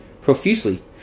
profusely